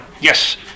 yes